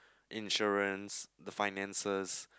insurance the finances